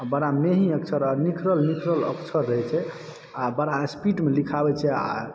बड़ा मेही अक्षर आ निखरल निखरल अक्षर रहै छै आ बड़ा स्पीड मे लिखाबै छै आ